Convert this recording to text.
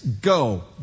go